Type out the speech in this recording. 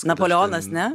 napoleonas ne